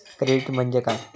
Credit म्हणजे काय?